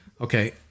Okay